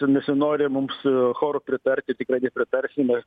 nesinori mums su choru pritarti tikrai nepritarsime